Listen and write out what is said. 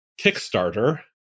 Kickstarter